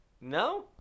No